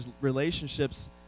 relationships